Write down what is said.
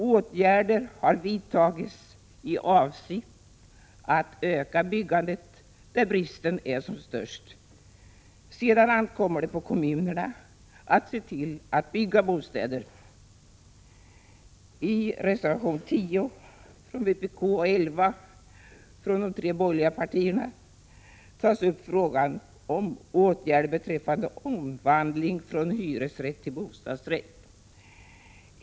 Åtgärder har vidtagits i avsikt att öka byggandet där bristen är som störst. Sedan ankommer det på kommunerna att se till att bygga bostäder. I reservationerna 10 från vpk och 11 från de tre borgerliga partierna tar man upp frågan om åtgärder beträffande omvandling från hyresrätt till bostadsrätt.